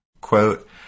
quote